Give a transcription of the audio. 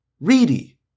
reedy